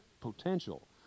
potential